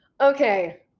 Okay